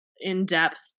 in-depth